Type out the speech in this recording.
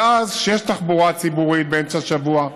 ואז, כשיש תחבורה ציבורית באמצע השבוע,